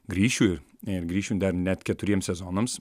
grįšiu ir grįšiu dar net keturiems sezonams